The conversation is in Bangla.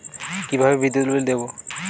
কিভাবে বিদ্যুৎ বিল দেবো?